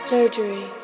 Surgery